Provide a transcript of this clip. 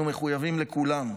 אנחנו מחויבים לכולם,